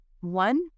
one